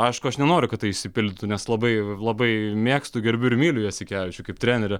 aišku aš nenoriu kad tai išsipildytų nes labai labai mėgstu gerbiu ir myliu jasikevičių kaip trenerį